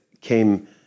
came